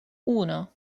uno